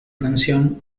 canción